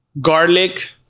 garlic